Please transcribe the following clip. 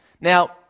Now